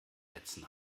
netzen